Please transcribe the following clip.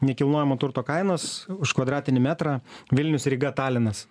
nekilnojamo turto kainos už kvadratinį metrą vilnius ryga talinas